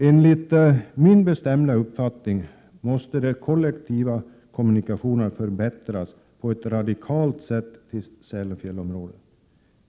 Enligt min bestämda uppfattning måste de kollektiva kommunikationerna till Sälenfjällsområdet förbättras på ett radikalt sätt.